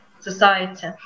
society